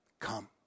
Come